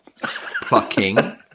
plucking